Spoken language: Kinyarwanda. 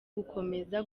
gukomeza